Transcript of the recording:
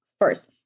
first